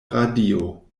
radio